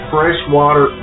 Freshwater